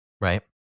Right